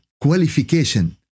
qualification